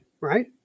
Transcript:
right